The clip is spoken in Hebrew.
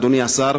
אדוני השר,